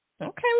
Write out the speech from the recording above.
Okay